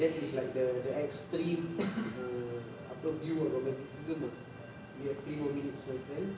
that is like the the extreme err apa view of romanticism ah we have three more minutes my friend